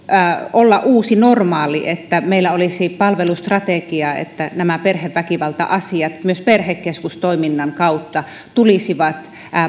olla uusi normaali että meillä olisi sellainen palvelustrategia että nämä perheväkivalta asiat myös perhekeskustoiminnan kautta tulisivat